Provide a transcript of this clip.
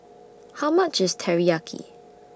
How much IS Teriyaki